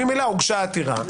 ממילא הוגשה עתירה,